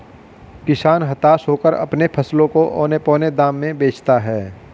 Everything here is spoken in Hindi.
किसान हताश होकर अपने फसलों को औने पोने दाम में बेचता है